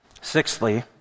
Sixthly